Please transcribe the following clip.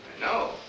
No